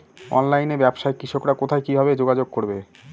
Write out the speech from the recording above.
অনলাইনে ব্যবসায় কৃষকরা কোথায় কিভাবে যোগাযোগ করবে?